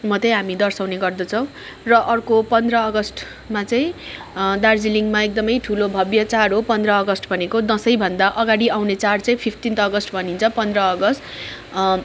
मात्र हामी दर्शाउने गर्दछौँ र अर्को पन्ध्र अगस्तमा चाहिँ दार्जिलिङमा एकदम ठुलो भव्य चाड हो पन्ध्र अगस्त भनेको दसैँ भन्दा अगाडि आउने चाड चाहिँ फिफ्टिन्थ अगस्त भनिन्छ पन्ध्र अगस्त